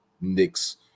Knicks